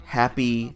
happy